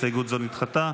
הסתייגות זו נדחתה.